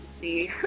see